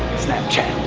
snapchat.